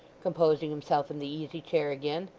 composing himself in the easy-chair again.